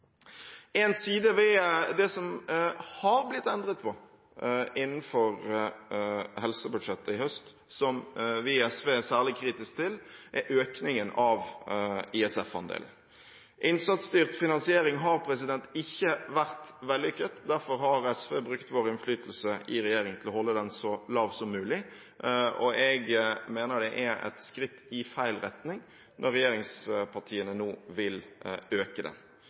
En side ved det som har blitt endret på innenfor helsebudsjettet i høst, som vi i SV er særlig kritisk til, er økningen av ISF-andelen. Innsatsstyrt finansiering har ikke vært vellykket. Derfor har SV brukt sin innflytelse i regjering til å holde den så lav som mulig. Jeg mener det er et skritt i feil retning når regjeringspartiene nå vil øke den.